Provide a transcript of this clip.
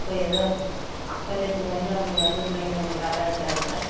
இப்போ ஏதோ கொஞ்சத்துக்கு கொஞ்சம் அப்படி வந்து பிள்ளைங்க கொஞ்சம் தலை எடுத்த எடுக்க